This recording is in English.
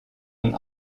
and